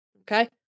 Okay